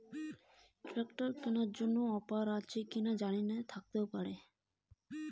Tractor কেনার জন্য offer আছে?